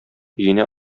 өенә